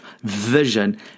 Vision